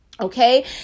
Okay